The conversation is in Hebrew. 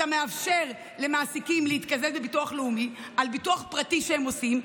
אתה מאפשר למעסיקים להתקזז בביטוח לאומי על ביטוח פרטי שהם עושים,